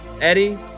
Eddie